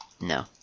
No